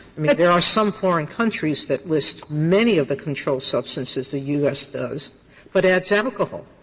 i mean, there are some foreign countries that list many of the controlled substances the u s. does but adds alcohol.